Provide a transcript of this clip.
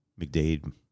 McDade